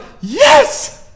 yes